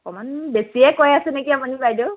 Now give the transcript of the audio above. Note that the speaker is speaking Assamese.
অকণমান বেছিয়ে কৈ আছে নেকি আপুনি বাইদেউ